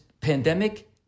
pandemic